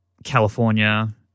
California